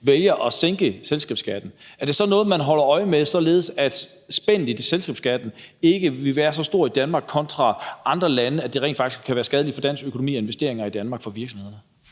vælger at sænke selskabsskatten, er det så noget, man holder øje med, således at spændet ikke vil være så stort mellem Danmark og andre lande, at det rent faktisk kan være skadeligt for dansk økonomi og investeringer i Danmark og for virksomhederne?